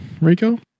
Rico